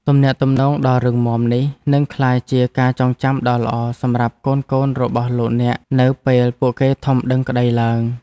ទំនាក់ទំនងដ៏រឹងមាំនេះនឹងក្លាយជាការចងចាំដ៏ល្អសម្រាប់កូនៗរបស់លោកអ្នកនៅពេលពួកគេធំដឹងក្តីឡើង។